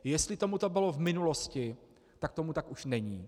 Jestli tomu tak bylo v minulosti, tak tomu tak už není.